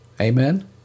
Amen